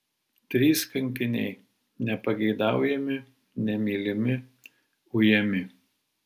trys kankiniai nepageidaujami nemylimi ujami